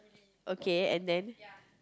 okay and then